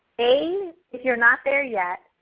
a if you're not there yet.